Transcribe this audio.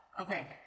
Okay